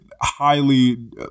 highly